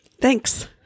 Thanks